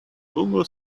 google